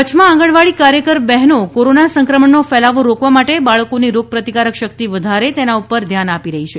કચ્છમાં આંગણવાડી કાર્યકર બહેનો કોરોના સંક્રમણનો ફેલાવો રોકવા માટે બાળકોની રોગ પ્રતિકારક શક્તિ વધારે તેના ઉપર ધ્યાન આપી રહી છે